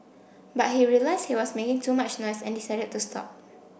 but he realised he was making too much noise and decided to stop